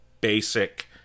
basic